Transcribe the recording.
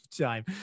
time